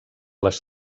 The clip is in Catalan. les